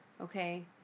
Okay